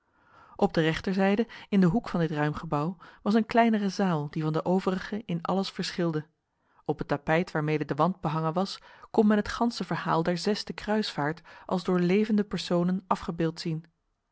op de rechterzijde in de hoek van dit ruim gebouw was een kleinere zaal die van de overige in alles verschilde op het tapijt waarmede de wand behangen was kon men het ganse verhaal der zesde kruisvaart als door levende personen afgebeeld zien